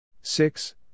Six